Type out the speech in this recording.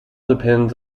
depends